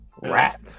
rap